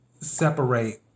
separate